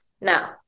Now